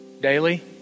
daily